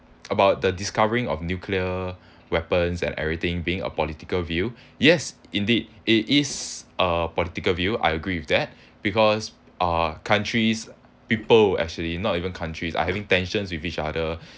about the discovering of nuclear weapons and everything being a political view yes indeed it is a political view I agree with that because uh countries people actually not even countries are having tensions with each other